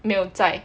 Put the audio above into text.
没有在